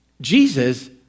Jesus